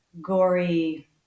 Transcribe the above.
gory